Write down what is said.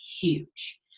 huge